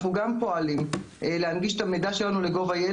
אנחנו גם פועלים להנגיש את המידע שלנו ל-gov.il,